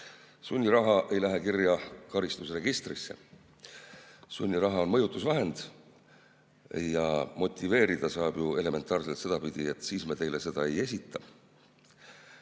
Sunniraha ei lähe kirja karistusregistrisse. Sunniraha on mõjutusvahend. Motiveerida saab ju elementaarselt sedapidi, et siis me teile seda ei esita,